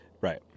right